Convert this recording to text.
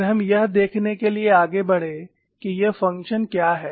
फिर हम यह देखने के लिए आगे बढ़े कि ये फंक्शन क्या हैं